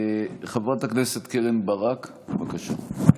חברת הכנסת קרן ברק, בבקשה.